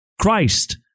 Christ